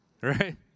Right